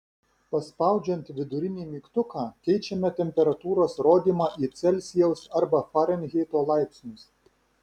paspaudžiant vidurinį mygtuką keičiame temperatūros rodymą į celsijaus arba farenheito laipsnius